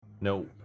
Nope